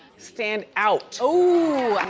stand out. ooh,